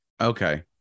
okay